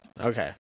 Okay